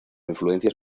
influencias